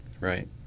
Right